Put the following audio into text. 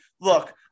look